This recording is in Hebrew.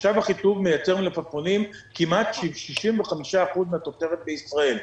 מושב אחיטוב מייצר מלפפונים שהם כמעט 65% מן התוצרת בישראל.